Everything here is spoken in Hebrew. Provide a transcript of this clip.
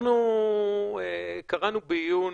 אנחנו קראנו בעיון